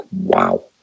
wow